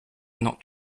not